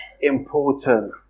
important